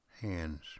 hands